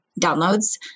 downloads